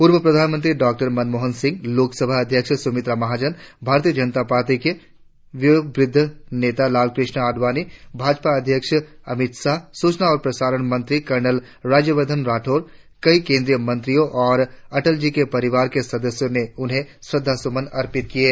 पूर्व प्रधानमंत्री डॉ मनमोहन सिंह लोकसभा अध्यक्ष सुमित्रा महाजन भारतीय जनता पार्टी के वयोवद्ध नेता लालकृष्ण आडवाणी भाजपा अध्यक्ष अमित शाह सूचना और प्रसारण मंत्री कर्नल राजवर्द्वन राठौड़ कई केन्द्रीय मंत्रियों और अटलजी के परिवार के सदस्यों ने उन्हें श्रद्धासुमन अर्पित किये